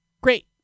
great